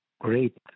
Great